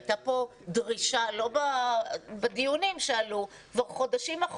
הייתה כאן דרישה ולא בדיונים שעלו אלא כבר לפני חודשים.